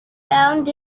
found